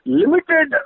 limited